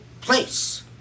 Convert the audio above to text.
place